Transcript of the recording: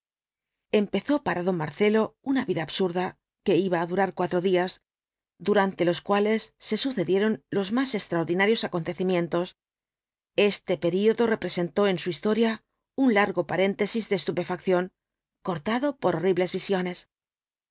empezó para don marcelo una vida absurda que iba v blasco ibáñbiz á durar cuatro días durante los cuales se sucedieron los más extraordinarios acontecimientos este período representó en su historia un largo paréntesis de éstupefacción cortado por horribles visiones